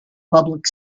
public